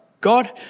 God